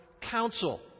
counsel